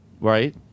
right